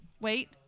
Wait